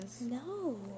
No